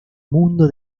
mundo